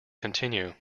continue